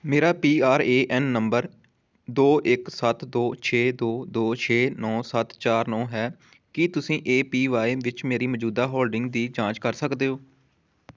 ਮੇਰਾ P R A N number ਦੋ ਇੱਕ ਸੱਤ ਦੋ ਛੇ ਦੋ ਦੋ ਛੇ ਨੌਂ ਸੱਤ ਚਾਰ ਨੌਂ ਹੈ ਕੀ ਤੁਸੀਂ ਏ ਪੀ ਵਾਈ ਵਿੱਚ ਮੇਰੀ ਮੌਜੂਦਾ ਹੋਲਡਿੰਗਜ਼ ਦੀ ਜਾਂਚ ਕਰ ਸਕਦੇ ਹੋ